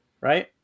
Right